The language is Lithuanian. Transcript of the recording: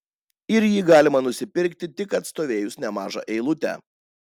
ir jį galima nusipirkti tik atstovėjus nemažą eilutę